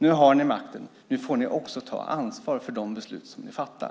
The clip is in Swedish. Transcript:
Nu har ni makten. Nu får ni också ta ansvar för de beslut ni fattar.